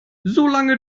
solange